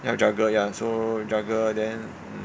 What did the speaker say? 要 juggle ya so juggle then